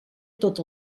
tot